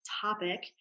topic